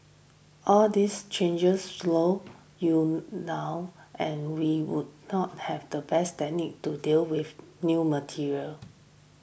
all these changes slow you now and we would not have the best technique to deal with new material